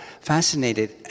fascinated